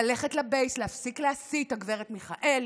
ללכת לבייס, להפסיק להסית, הגב' מיכאלי.